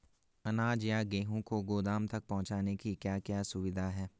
अनाज या गेहूँ को गोदाम तक पहुंचाने की क्या क्या सुविधा है?